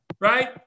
right